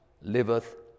liveth